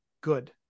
good